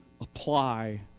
apply